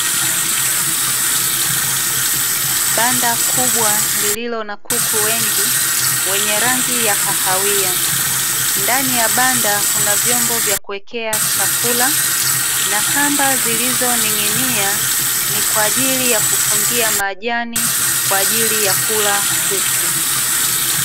Banda kubwa lililo na kuku wengi wenye rangi ya kahawia. Ndani ya banda kuna vyombo vya kuwekea chakula, na kamba zilizoning'inia ni kwa ajili ya kufungia majani kwa ajili ya kula kuku.